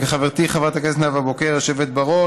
חברתי חברת הכנסת נאוה בוקר היושבת בראש,